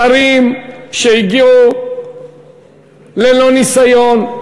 שרים שהגיעו ללא ניסיון,